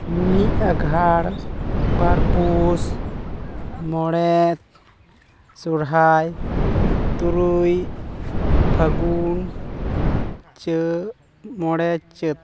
ᱢᱤᱫ ᱟᱜᱷᱟᱲ ᱵᱟᱨᱯᱩᱥ ᱢᱚᱬᱮ ᱥᱚᱨᱦᱟᱭ ᱛᱩᱨᱩᱭ ᱯᱷᱟᱹᱜᱩᱱ ᱪᱟᱹ ᱢᱚᱬᱮ ᱪᱟᱹᱛ